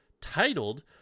titled